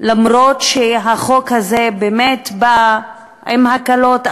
אף שהחוק הזה באמת בא עם הקלות,